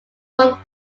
from